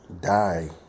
die